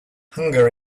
hunger